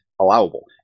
allowable